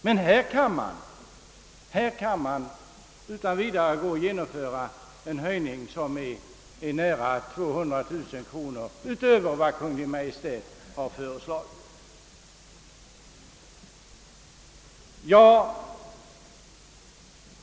Men här föreslår utskottet utan vidare en höjning med nära 200 000 kronor utöver vad Kungl. Maj:t föreslagit!